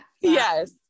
Yes